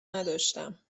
نداشتم